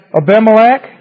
Abimelech